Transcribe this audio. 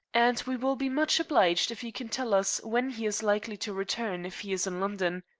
and we will be much obliged if you can tell us when he is likely to return, if he is in london.